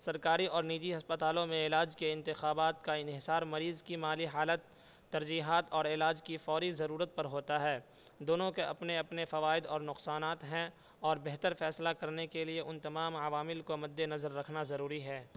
سرکاری اور نجی ہسپتالوں میں علاج کے انتخابات کا انحصار مریض کی مالی حالت ترجیحات اور علاج کی فوری ضرورت پر ہوتا ہے دونوں کے اپنے اپنے فوائد اور نقصانات ہیں اور بہتر فیصلہ کرنے کے لیے ان تمام عوامل کو مدنظر رکھنا ضروری ہے